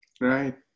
Right